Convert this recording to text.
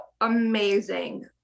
amazing